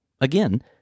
Again